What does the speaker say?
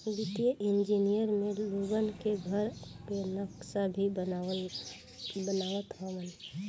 वित्तीय इंजनियर में लोगन के घर कअ नक्सा भी बनावत हवन